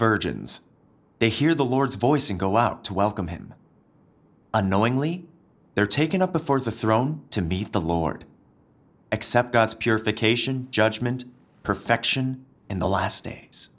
virgins they hear the lord's voice and go out to welcome him unknowingly they're taken up before the throne to meet the lord except god's purification judgment perfection in the last days